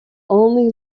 only